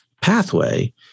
pathway